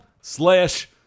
slash